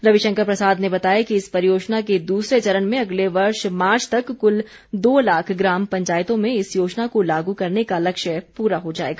रविशंकर प्रसाद ने बताया कि इस परियोजना के दूसरे चरण में अगले वर्ष मार्च तक कुल दो लाख ग्राम पंचायतों में इस योजना को लागू करने का लक्ष्य पूरा हो जाएगा